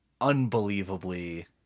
unbelievably